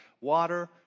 Water